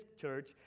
church